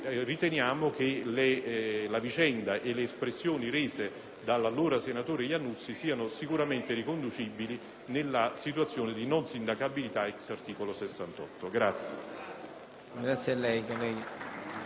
dall'allora senatore Iannuzzi siano sicuramente riconducibili alla situazione di non sindacabilità *ex* articolo 68, primo